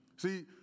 See